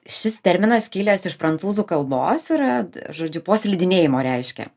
šis terminas kilęs iš prancūzų kalbos yra žodžiu po slidinėjimo reiškia